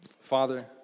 Father